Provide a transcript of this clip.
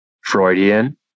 Freudian